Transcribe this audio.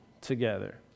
together